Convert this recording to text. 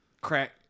Crack